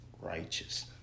righteous